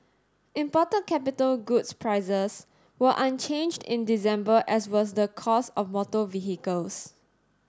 imported capital goods prices were unchanged in December as was the cost of motor vehicles